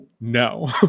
no